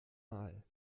mal